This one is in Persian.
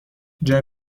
جای